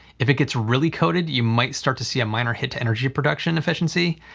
if it gets really coated, you might start to see a minor hit to energy production efficiency,